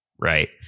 right